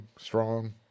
strong